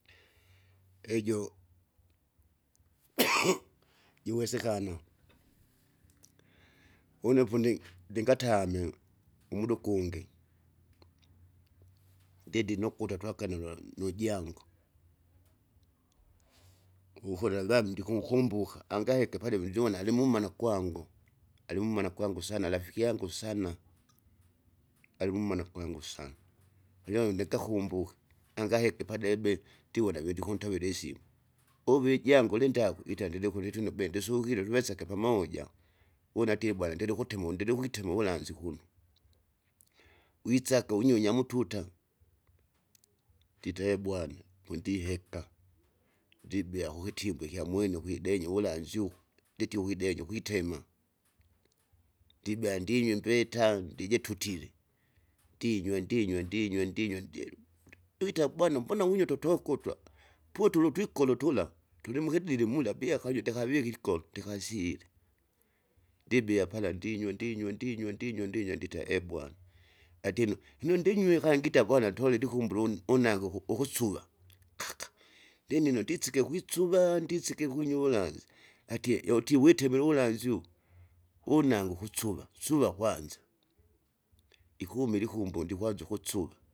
Ejo jiwesekana, une pundi ndingatamwe umuda ukungi, ndidi nokuta twakana lwa nujangu. Ukola zamu ndikinkumbuka angaheke padebe ndiwona alimumana kwangu, alimimana kwangu sana rafiki yangu sana, alimumana kwangu sana lakilelo ndikakumbuka angaheke padebe tiwona vindikuntovira isimu uwijangu lindaku ita ndidekule lituni bee ndisukile luweseke pamoja, wuna atie bwana ndilukutimo ndilukwitimo uvulanzi ukunwa. Wisake unyunya mututa, tita ebwana pondiheka, ndibea kikitimbwe ikyamwene ukwidenya uvulanzi uhu, nditie ukwidenya ukwitema, ndibea ndinywe. mbeta ndije tutile, ndinywa ndinywa ndinywa ndinywa ndie- wita bwana mbona winywa totokutwa? potulu twikolo tula, tulimukidili mula bia akajute akavike ikolo ndikasile ndibea pala ndinywa ndinywa ndinywa ndinywa ndinywa ndita ebwana, atino inondinywe kangi ita bwana tole likumbulu une- unange uku- ukusuva linino ndisike kwisuga ndisike kunywa uvulanzi, atie yotie witimile uvulanzi uvu wunange ukuksuva suva kwanza, ikumile ikumbulu ndikwanza ukusuva.